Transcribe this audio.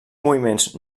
moviments